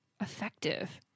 effective